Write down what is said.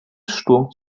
sturm